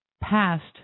past